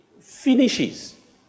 finishes